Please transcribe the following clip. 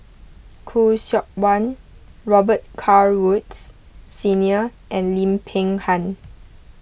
Khoo Seok Wan Robet Carr Woods Senior and Lim Peng Han